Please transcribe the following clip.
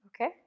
Okay